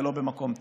ולא במקום טוב.